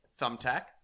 thumbtack